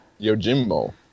Yojimbo